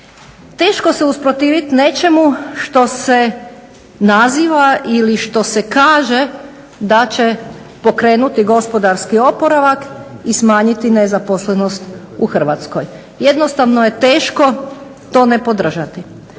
Teško se usprotivit nečemu što se naziva ili što se kaže da će pokrenuti gospodarski oporavak i smanjiti nezaposlenost u Hrvatskoj. Jednostavno je teško to ne podržati.